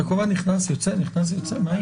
אתה כל הזמן נכנס-יוצא, נכנס-יוצא, מה יהיה?